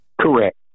Correct